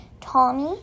Tommy